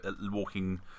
walking